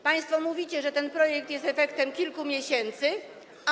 Państwo mówicie, że ten projekt jest efektem kilku miesięcy pacy.